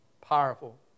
powerful